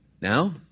Now